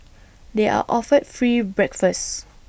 they are offered free breakfast